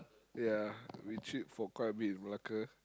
ya we chilled for quite a bit in Malacca